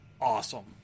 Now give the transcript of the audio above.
awesome